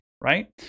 right